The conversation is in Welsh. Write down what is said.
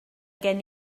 gen